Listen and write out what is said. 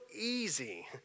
easy